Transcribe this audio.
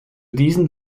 diesen